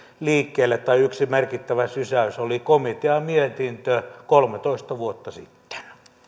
liikkeelle tai sai yhden merkittävän sysäyksen komitean mietinnöstä kolmetoista vuotta sitten